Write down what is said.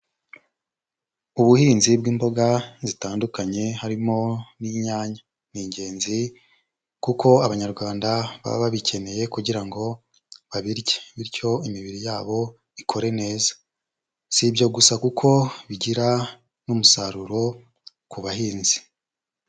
Ubuhinzi bw'imboga zitandukanye harimo n'inyanya ni ingenzi kuko Abanyarwanda baba babikeneye kugira ngo babirye bityo imibiri yabo ikore neza, si ibyo gusa kuko bigira n'umusaruro ku bahinzi.